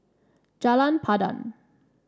Jalan Pandan